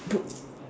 put